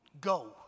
Go